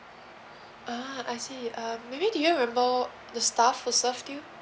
ah I see um maybe do you remember the staff who served you